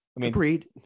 Agreed